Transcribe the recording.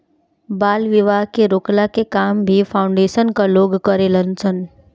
बाल विवाह के रोकला के काम भी फाउंडेशन कअ लोग करेलन सन